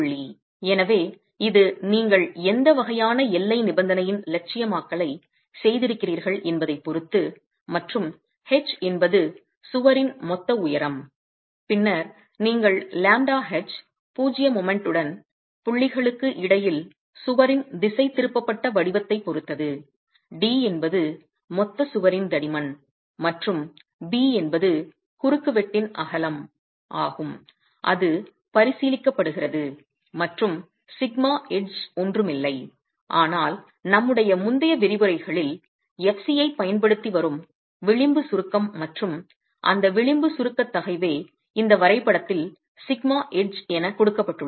எனவே இது நீங்கள் எந்த வகையான எல்லை நிபந்தனையின் இலட்சியமயமாக்கலைச் செய்திருக்கிறீர்கள் என்பதைப் பொறுத்தது மற்றும் h என்பது சுவரின் மொத்த உயரம் பின்னர் நீங்கள் λh பூஜ்ஜிய மொமென்ட் ன் புள்ளிகளுக்கு இடையில் சுவரின் திசைதிருப்பப்பட்ட வடிவத்தைப் பொறுத்தது d என்பது மொத்த சுவரின் தடிமன் மற்றும் b என்பது குறுக்குவெட்டின் அகலம் ஆகும் அது பரிசீலிக்கப்படுகிறது மற்றும் σedge ஒன்றும் இல்லை ஆனால் நம்முடைய முந்தைய விரிவுரைகளில் fc ஐப் பயன்படுத்தி வரும் விளிம்பு சுருக்கம் மற்றும் அந்த விளிம்பு சுருக்க தகைவே இந்த வரைபடத்தில் சிக்மா எட்ஜ் என கொடுக்கப்பட்டுள்ளது